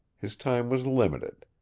his time was limited.